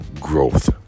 growth